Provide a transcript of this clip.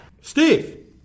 Steve